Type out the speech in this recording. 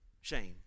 shame